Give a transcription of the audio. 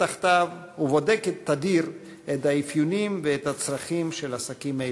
תחתיו ובודקת תדיר את המאפיינים ואת הצרכים של עסקים אלה.